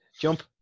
jump